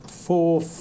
four